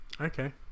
Okay